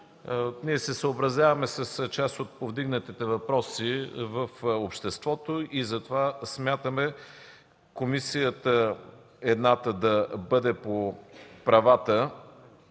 Ние се съобразяваме с част от повдигнатите въпроси в обществото и затова смятаме едната комисия да бъде по правата